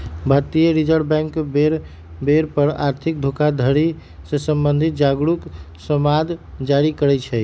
भारतीय reserve bank बेर बेर पर आर्थिक धोखाधड़ी से सम्बंधित जागरू समाद जारी करइ छै